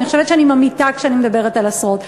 אני חושבת שאני ממעיטה כשאני מדברת על עשרות,